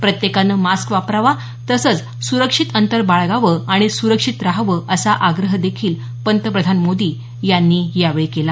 प्रत्येकानं मास्क वापरावा तसंच सुरक्षित अंतर बाळगावं आणि सुरक्षित रहावं असा आग्रहदेखील पंतप्रधान मोदी यांनी यावेळी केला